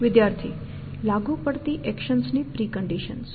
વિદ્યાર્થી લાગુ પડતી એક્શન્સની પ્રિકન્ડિશન્સ